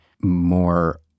more